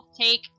take